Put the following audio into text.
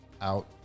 out